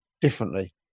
differently